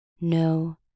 No